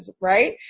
right